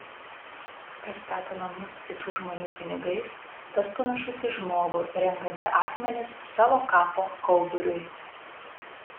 kas stato namus kitų žmonių pinigais tas panašus į žmogų renkantį akmenis savo kapo kauburiui